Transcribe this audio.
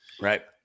Right